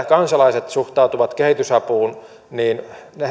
kansalaiset suhtautuvat kehitysapuun niin